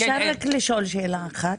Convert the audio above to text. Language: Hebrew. אפשר רק לשאול שאלה אחת?